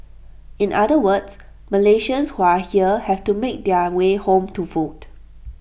in other words Malaysians who are here have to make their way home to vote